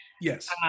Yes